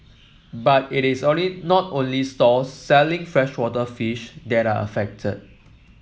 but it is only not only stalls selling freshwater fish that are affected